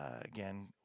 again